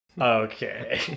Okay